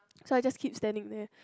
so I just keep standing there